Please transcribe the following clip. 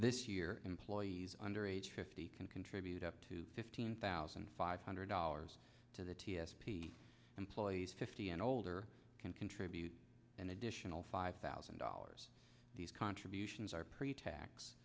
this year employees under age fifty can contribute up to fifteen thousand five hundred dollars to the t s p employees fifty and older can contribute an additional five thousand dollars these contributions are pretax